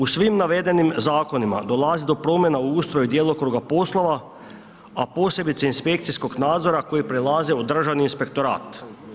U svim navedenim zakonima dolazi do promjena u ustroju djelokruga poslova, a posebice inspekcijskog nadzora koji prelaze u Državni inspektorat.